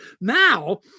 Now